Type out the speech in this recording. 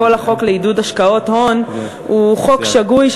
כל החוק לעידוד השקעות הון הוא חוק שגוי,